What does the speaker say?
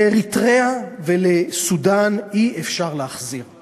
לאריתריאה ולסודאן אי-אפשר להחזיר אותם.